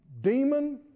demon